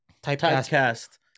typecast